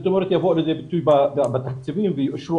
יבואו לידי ביטוי בתקציבים והם יאושרו